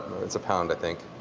it's a pound, i think.